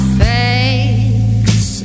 face